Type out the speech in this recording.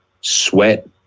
sweat